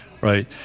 right